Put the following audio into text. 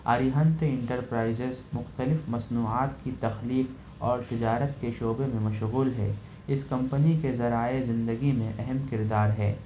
آئی Hunt Enterprises مختلف مصنوعات کی تخلیق اور تجارت کے شعبے میں مشغول ہے اس کمپنی کے ذرائع زندگی میں اہم کردار ہے